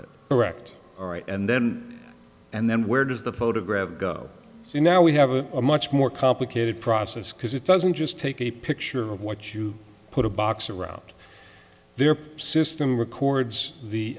it correct all right and then and then where does the photograph go so now we have an a much more complicated process because it doesn't just take a picture of what you put a box around there system records the